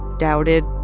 doubted,